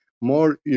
more